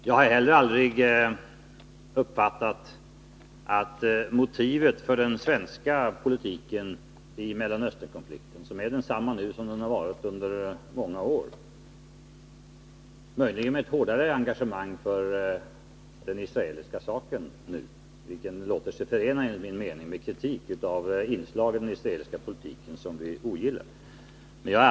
Jag har heller aldrig uppfattat att det som motiv för den svenska politiken i Mellersta Östern-konflikten skulle ha funnits någon rädsla beträffande de svenska oljeleveranserna eller att denna rädsla skulle styra oss att göra hårdare uttalanden mot Israel och avge mildare omdömen om PLO än som motsvarar vad vi egentligen anser.